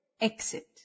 Exit